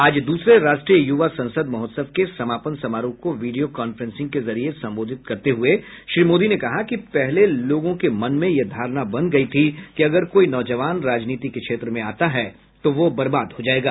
आज दूसरे राष्ट्रीय युवा संसद महोत्सव के समापन समारोह को वीडियो कांफ्रेंसिंग के जरिये संबोधित करते हुए श्री मोदी ने कहा कि पहले लोगों के मन में यह धारणा बन गई थी कि अगर कोई नौजवान राजनीति के क्षेत्र में आता है तो वह बर्बाद हो जायेगा